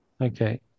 Okay